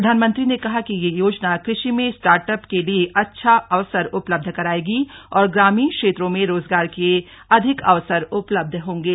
प्रधानमंत्री ने कहा कि यह योजना कृषि में स्टार्ट अप के लिए अच्छा अवसर उपलब्ध कराएगी और ग्रामीण क्षेत्रों में रोजगार के अधिक अवसर उपलब्ध होंगे